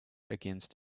against